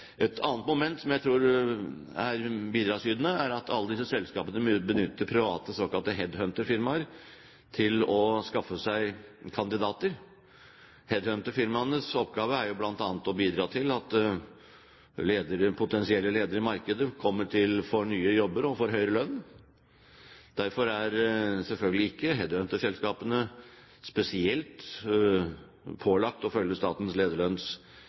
Et annet moment som jeg tror er bidragsytende, er at alle disse selskapene benytter private såkalte headhunterfirmaer til å skaffe seg kandidater. Headhunterfirmaenes oppgave er bl.a. å bidra til at potensielle ledere i markedet får nye jobber og høyere lønn. Headhunterselskapene er selvfølgelig ikke pålagt spesielt å følge statens